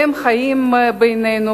והם חיים בינינו,